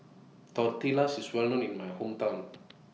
Tortillas IS Well known in My Hometown